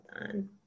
on